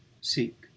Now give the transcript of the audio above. seek